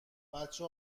بچه